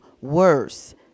worse